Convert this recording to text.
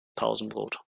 pausenbrot